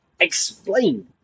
explain